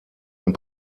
ein